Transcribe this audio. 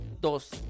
dos